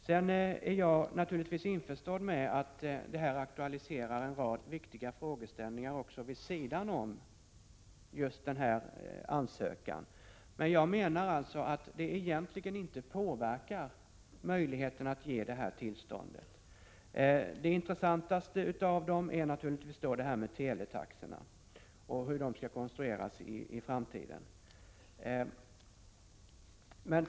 Jag är naturligtvis införstådd med att detta aktualiserar en rad viktiga frågeställningar också vid sidan om just den här ansökan, men jag menar att det egentligen inte påverkar möjligheterna att ge detta tillstånd. Den intressantaste av dem är givetvis hur teletaxorna skall konstrueras i framtiden.